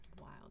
Wild